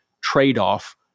trade-off